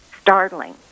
startling